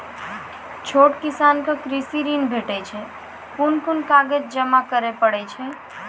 छोट किसानक कृषि ॠण भेटै छै? कून कून कागज जमा करे पड़े छै?